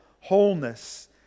wholeness